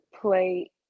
play